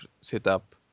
setup